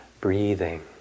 Breathing